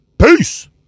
Peace